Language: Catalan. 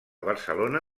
barcelona